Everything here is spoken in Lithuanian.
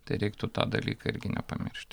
tai reiktų tą dalyką irgi nepamiršt